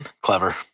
Clever